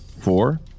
four